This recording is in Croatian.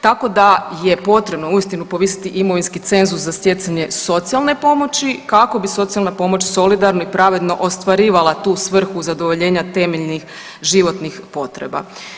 Tako da je potrebno uistinu povisiti imovinski cenzus za stjecanje socijalne pomoći kako bi socijalna pomoć solidarno i pravedno ostvarivala tu svrhu zadovoljenja temeljnih životnih potreba.